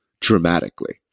dramatically